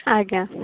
ଆଜ୍ଞା